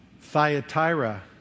Thyatira